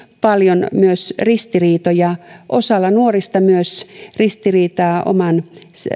paljon myös ristiriitoja osalla nuorista myös ristiriitaa oman